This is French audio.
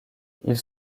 ils